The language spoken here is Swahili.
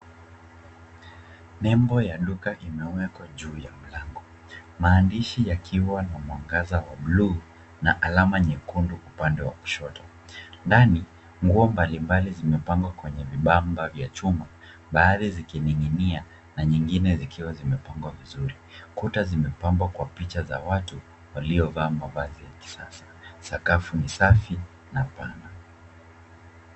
Nembo ya duka imewekwa juu ya mlango, maandishi yakiwa na mwangaza wa buluu na alama nyekundu upande wa kushoto . Ndani, nguo mbalimbali zimepangwa kwenye vibamba vya chuma baadhi zikining'inia na nyingine zikiwa zimepangwa vizuri. Kuta zimepambwa kwa picha za watu waliovaa mavazi ya kisasa. Sakafu ni safi na pana.